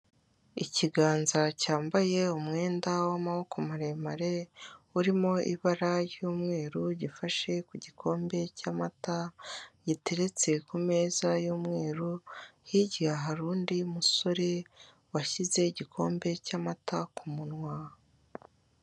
Ikiganza cyambaye umwenda w'amaboko maremare, urimo ibara ry'mweru gifashe ku gikombe cy'amata, giteretse ku meza y'umweru, hirya hari undi musore washyize igikombe cy'amata ku munwa.